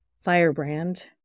Firebrand